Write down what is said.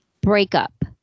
breakup